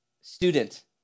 student